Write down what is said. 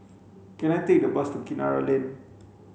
can I take a bus to Kinara Lane